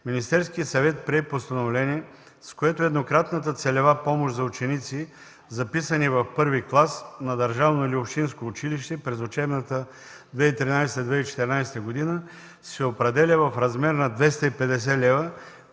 Министерският съвет прие постановление, с което еднократната целева помощ за ученици, записани в първи клас на държавно или общинско училище през учебната 2013-2014 г., се определя в размер на 250 лв.,